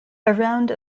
around